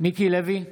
מיקי לוי,